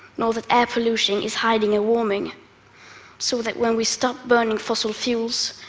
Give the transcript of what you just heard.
nor that air pollution is hiding a warming so that when we stop burning fossil fuels,